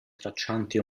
traccianti